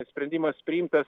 kad sprendimas priimtas